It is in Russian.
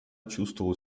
чувствовала